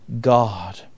God